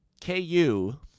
KU